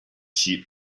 sheep